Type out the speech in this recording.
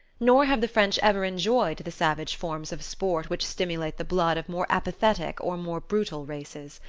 nor have the french ever enjoyed the savage forms of sport which stimulate the blood of more apathetic or more brutal races.